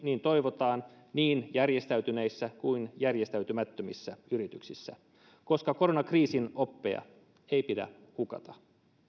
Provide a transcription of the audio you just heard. niin toivotaan niin järjestäytyneissä kuin järjestäytymättömissä yrityksissä koska koronakriisin oppeja ei pidä hukata